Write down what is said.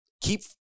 keep